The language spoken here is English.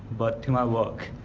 but to my work,